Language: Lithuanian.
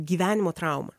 gyvenimo trauma